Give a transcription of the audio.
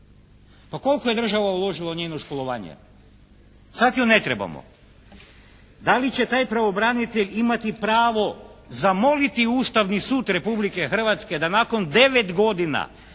Pa koliko je država uložila u njeno školovanje? Sad ju ne trebamo. Da li će taj pravobranitelj imati pravo zamoliti Ustavni sud Republike Hrvatske da nakon 9 godina